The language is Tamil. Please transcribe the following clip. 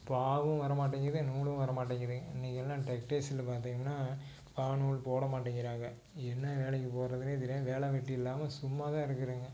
பாவும் வர மாட்டேங்குது நூலும் வர மாட்டேங்குதுங்க இன்னைக்கெல்லாம் டெக்டைல்ஸில் பார்த்தீங்கன்னா பாவு நூல் போட மாட்டேங்கிறாங்க என்ன வேலைக்கு போகிறதுன்னே தெரியாமல் வேலை வெட்டி இல்லாமல் சும்மா தான் இருக்கிறேங்க